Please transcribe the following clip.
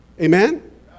Amen